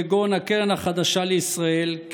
כגון הקרן החדשה לישראל,